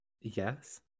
Yes